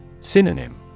Synonym